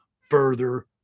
further